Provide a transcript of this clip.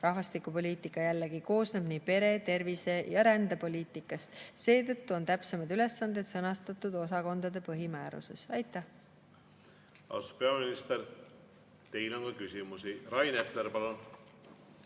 Rahvastikupoliitika jällegi koosneb pere‑, tervise‑ ja rändepoliitikast, seetõttu on täpsemad ülesanded sõnastatud osakondade põhimääruses. Aitäh! Austatud peaminister, teile on ka küsimusi. Rain Epler, palun!